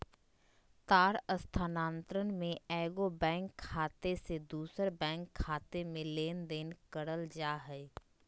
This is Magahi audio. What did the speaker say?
तार स्थानांतरण में एगो बैंक खाते से दूसर बैंक खाते में लेनदेन करल जा हइ